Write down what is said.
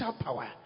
power